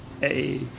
hey